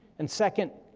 and second,